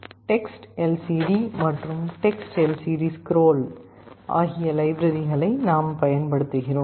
TextLCD மற்றும் TextLCDScroll ஆகிய லைப்ரரிகளை நாம் பயன்படுத்துகிறோம்